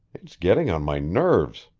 it's getting on my nerves.